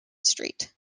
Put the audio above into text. street